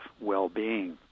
well-being